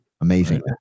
amazing